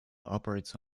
operates